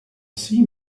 see